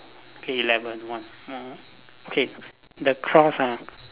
K eleven one more okay the cross ah